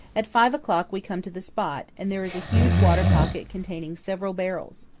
at five o'clock we come to the spot, and there is a huge water pocket containing several barrels.